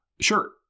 sure